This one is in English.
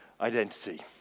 identity